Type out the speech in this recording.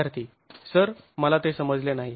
विद्यार्थी सर मला ते समजले नाही